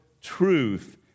truth